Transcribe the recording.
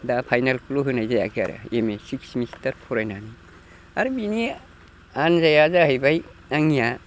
दा फाइनालखौल' होनाय जायाखै आरो बि ए स्किस सेमिस्टार फरायनानै आरो बिनि आनजाइआ जाहैबाय आंनिया